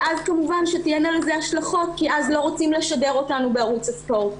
ואז כמובן שתהיינה לזה השלכות כי אז לא רוצים לשדר אותנו בערוץ הספורט.